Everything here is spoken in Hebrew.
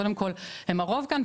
קודם כל הם הרוב כאן,